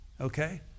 Okay